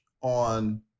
on